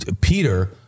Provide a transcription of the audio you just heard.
Peter